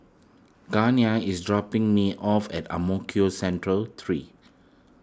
Gania is dropping me off at Ang Mo Kio Central three